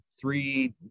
three